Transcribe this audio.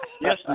yes